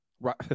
Right